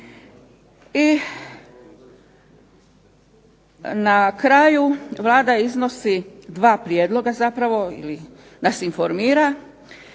I na kraju Vlada iznosi dva prijedloga zapravo ili nas informira